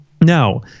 Now